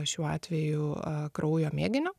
šiuo atveju kraujo mėginio